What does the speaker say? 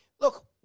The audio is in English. look